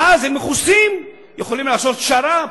ואז הם מכוסים, יכולים לקבל שר"פ.